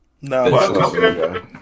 No